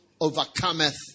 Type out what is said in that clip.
Overcometh